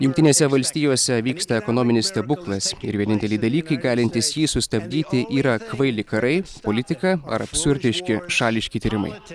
jungtinėse valstijose vyksta ekonominis stebuklas ir vieninteliai dalykai galintys jį sustabdyti yra kvaili karai politika ar absurdiški šališki tyrimai